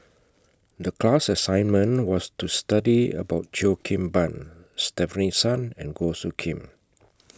The class assignment was to study about Cheo Kim Ban Stefanie Sun and Goh Soo Khim